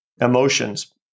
emotions